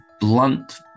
blunt